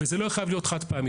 וזה לא יהיה חייב להיות חד פעמי.